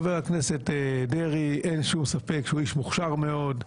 אין שום ספק שחבר הכנסת דרעי הוא איש מוכשר מאוד,